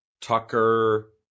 Tucker